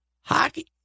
Hockey